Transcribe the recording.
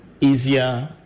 easier